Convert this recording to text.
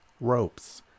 ropes